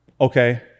Okay